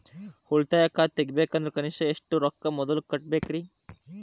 ಉಳಿತಾಯ ಖಾತೆ ತೆಗಿಬೇಕಂದ್ರ ಕನಿಷ್ಟ ಎಷ್ಟು ರೊಕ್ಕ ಮೊದಲ ಕಟ್ಟಬೇಕ್ರಿ?